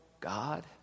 God